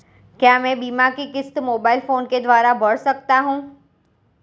क्या मैं बीमा की किश्त मोबाइल फोन के द्वारा भर सकता हूं?